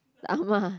the ah-ma